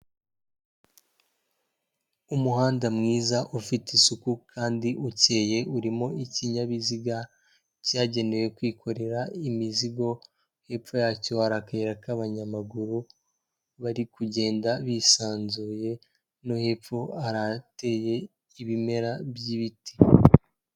Umuhanda mwiza, ufite isuku kandi ukeye, urimo ikinyabiziga cyagenewe kwikorera imizigo, hepfo yacyo hari akayira k'abanyamaguru bari kugenda bisanzuye no hepfo hari ahateye ibimera by'ibiti.